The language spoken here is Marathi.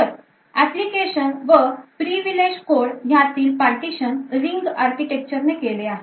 तर एप्लीकेशन व privileged codes ह्यातील partition ring architecture ने केले आहेत